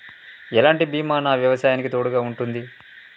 ఎలాంటి బీమా నా వ్యవసాయానికి తోడుగా ఉంటుంది?